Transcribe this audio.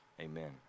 amen